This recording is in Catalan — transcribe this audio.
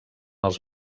els